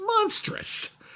monstrous